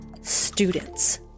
students